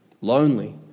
lonely